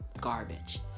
garbage